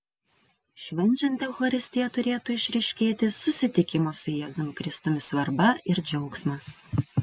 švenčiant eucharistiją turėtų išryškėti susitikimo su jėzumi kristumi svarba ir džiaugsmas